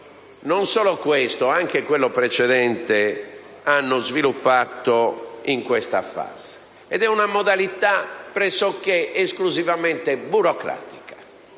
non solo questo, ma anche quello precedente - ha presentato in questa fase. È una modalità pressoché esclusivamente burocratica,